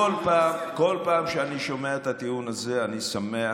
כל פעם שאני שומע את הטיעון הזה אני שמח,